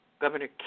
Governor